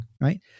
Right